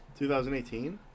2018